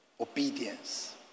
Obedience